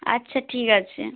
আচ্ছা ঠিক আছে